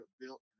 built